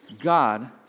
God